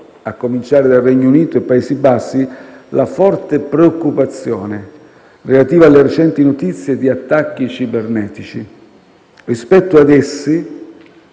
a cominciare dal Regno Unito e dai Paesi bassi, la forte preoccupazione relativa alle recenti notizie di attacchi cibernetici. Rispetto ad essi,